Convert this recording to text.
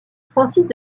francis